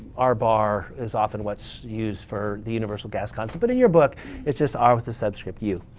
r bar is often what's used for the universal gas concept. but in your book it's just r with the subscript u.